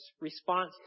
response